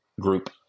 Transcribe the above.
group